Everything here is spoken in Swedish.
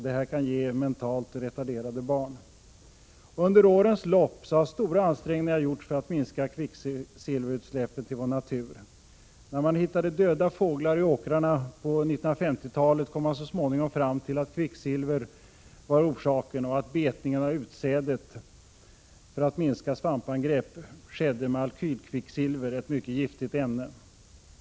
Detta kan ge mentalt retarderade barn. Under årens lopp har stora ansträngningar gjorts för att minska kvicksilverutsläppen till vår natur. När man hittade döda fåglar i åkrarna på 1950-talet kom man så småningom fram till att kvicksilver var orsaken och att betningen av utsädet för att minska svampangrepp skedde med alkylkvicksilver, ett mycket giftigt ämne.